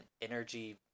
energy